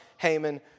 Haman